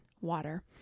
Water